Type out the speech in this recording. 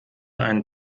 einen